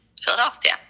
Philadelphia